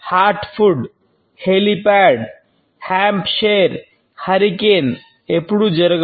heart food ఎప్పుడూ జరగవు